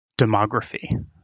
demography